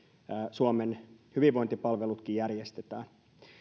suomen hyvinvointipalvelutkin järjestetään